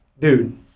dude